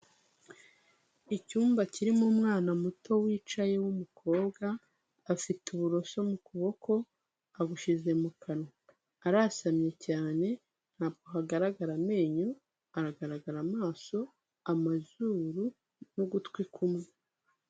Icyumba kirimo umwana muto wicaye w'umukobwa, afite uburoso mu kuboko abushyize mu kanwa. Arasamye cyane ntabwo hagaragara amenyo aragaragara amaso, amazuru n'ugutwi kumwe.